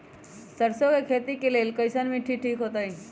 सरसों के खेती के लेल कईसन मिट्टी ठीक हो ताई?